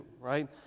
right